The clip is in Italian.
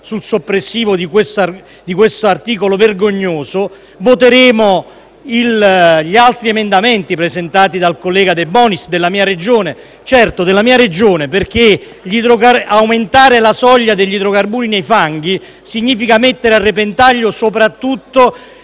sulla soppressione di questo articolo vergognoso, ma voteremo anche gli altri emendamenti presentati dal collega De Bonis della mia Regione. È certo, e ripeto della mia Regione, perché aumentare la soglia degli idrocarburi nei fanghi significa rovinare soprattutto